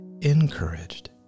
encouraged